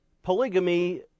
Polygamy